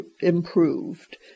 improved